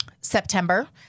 September